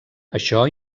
això